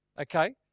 Okay